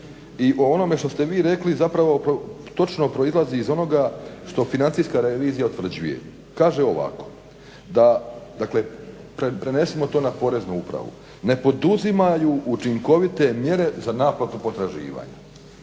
i o onome što ste vi rekli zapravo točno proizlazi iz onoga što financijska revizija utvrđuje. Kaže ovako, da, dakle kad prenesemo to na Poreznu upravu, ne poduzimaju učinkovite mjere za naplatu potraživanja.